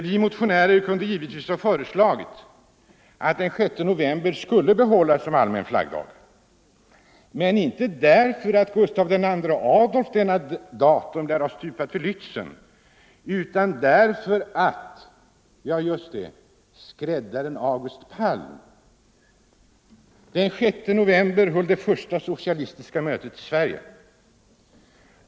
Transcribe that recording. Vi motionärer kunde givetvis ha föreslagit att den 6 november skulle behållas som allmän flaggdag, men inte därför att Gustav II Adolf detta datum lär ha stupat vid Lätzen utan därför att — ja just det - skräddaren August Palm den 6 november höll det första socialistiska mötet i Sverige.